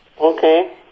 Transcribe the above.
Okay